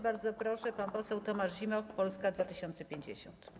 Bardzo proszę, pan poseł Tomasz Zimoch, Polska 2050.